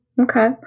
Okay